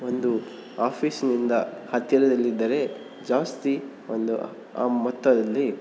ಒಂದು ಆಫೀಸ್ನಿಂದ ಹತ್ತಿರದಲ್ಲಿದ್ದರೆ ಜಾಸ್ತಿ ಒಂದು ಆ ಮೊತ್ತದಲ್ಲಿ